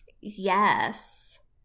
Yes